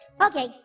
Okay